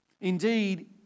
Indeed